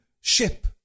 ship